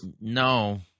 no